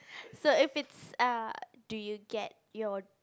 so if it's a do you get your